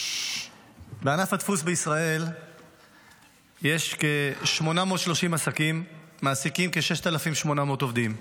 בענף הדפוס בישראל יש כ-830 עסקים שמעסיקים כ-6,800 עובדים.